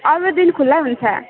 अरू दिन खुला हुन्छ